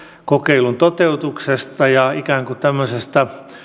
kokeilun toteutuksesta ja ikään kuin tämmöisestä